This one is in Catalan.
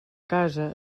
casa